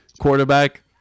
quarterback